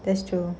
that's true